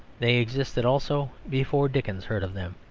they existed also before dickens heard of them.